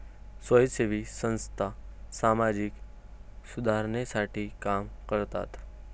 स्वयंसेवी संस्था सामाजिक सुधारणेसाठी काम करतात